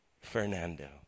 Fernando